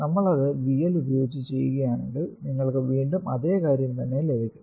നമ്മൾ അത് VL ഉപയോഗിച്ച് ചെയ്യുകയാണെങ്കിൽ നിങ്ങൾക്ക് വീണ്ടും അതേ കാര്യം തന്നെ ലഭിക്കും